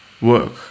work